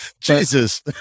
Jesus